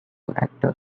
actor